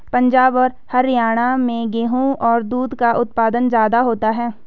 पंजाब और हरयाणा में गेहू और दूध का उत्पादन ज्यादा होता है